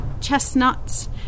chestnuts